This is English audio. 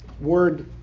word